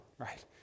Right